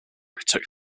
took